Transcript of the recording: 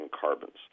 carbons